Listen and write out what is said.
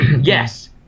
yes